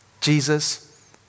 Jesus